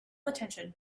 attention